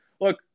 look